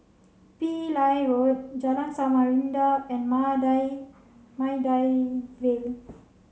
Pillai Road Jalan Samarinda and Maida Maida Vale